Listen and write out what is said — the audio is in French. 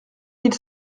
mille